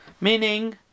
meaning